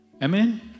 amen